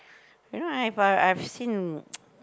you know I have a I have seen